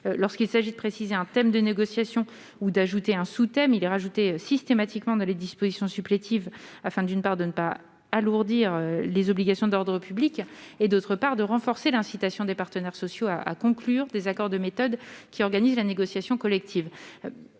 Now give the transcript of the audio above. lorsqu'il s'agit de préciser un thème de négociation ou d'ajouter un sous-thèmes il rajouter systématiquement dans les dispositions supplétives afin d'une part, de ne pas alourdir les obligations d'ordre. Public et, d'autre part de renforcer l'incitation des partenaires sociaux à conclure des accords de méthode qui organise la négociation collective,